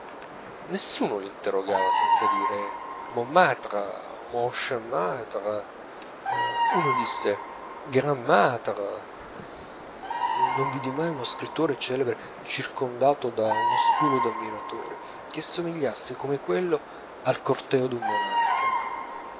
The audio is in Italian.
nessuno l'interrogava senza dire mon matre mon cher matre uno disse grand matre non vidi mai uno scrittore celebre circondato da uno stuolo d'ammiratori che somigliasse come quello al corteo d'un monarca